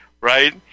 right